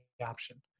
option